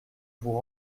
vous